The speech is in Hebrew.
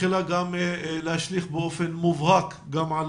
מתחילה גם להשליך באופן מובהק גם על